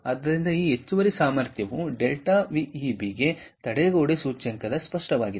ಆದ್ದರಿಂದ ಈ ಹೆಚ್ಚುವರಿ ಸಾಮರ್ಥ್ಯವು Δವಿಇಬಿ ತಡೆಗೋಡೆ ಸೂಚ್ಯಂಕ ಸ್ಪಷ್ಟವಾಗಿದೆ